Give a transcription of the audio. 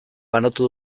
banatu